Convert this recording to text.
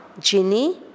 Ginny